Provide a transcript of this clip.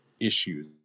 issues